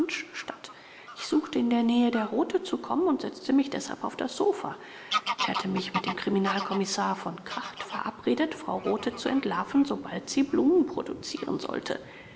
statt ich suchte in die nähe der rothe zu kommen und setzte mich deshalb auf das sofa ich hatte mich mit dem kriminalkommissar v kracht verabredet frau rothe zu entlarven sobald sie blumen produzieren sollte